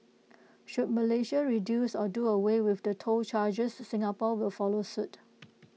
should Malaysia reduce or do away with the toll charges Singapore will follow suit